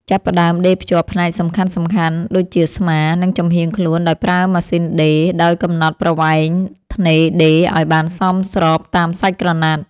ចាប់ផ្ដើមដេរភ្ជាប់ផ្នែកសំខាន់ៗដូចជា ស្មា និងចំហៀងខ្លួនដោយប្រើម៉ាស៊ីនដេរ ដោយកំណត់ប្រវែងថ្នេរដេរឱ្យបានសមស្របតាមសាច់ក្រណាត់។